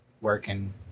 working